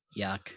Yuck